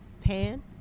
pan